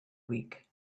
week